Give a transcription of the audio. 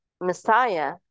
Messiah